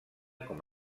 com